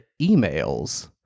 emails